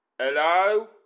Hello